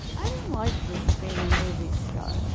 i don't like this being a movie star.